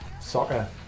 soccer